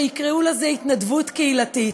שיקראו לזה התנדבות קהילתית,